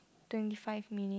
twenty five minutes